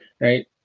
right